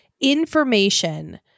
information